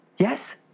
Yes